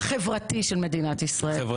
החברתי של מדינת ישראל,